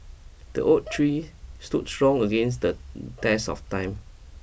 the oak tree stood strong against the test of time